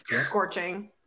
scorching